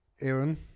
Aaron